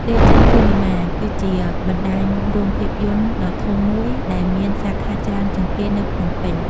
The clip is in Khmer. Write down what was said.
លេជេន ស៊ីនីម៉ា គឺជាបណ្ដាញរោងភាពយន្តដ៏ធំមួយដែលមានសាខាច្រើនជាងគេនៅភ្នំពេញ។